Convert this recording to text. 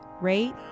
rate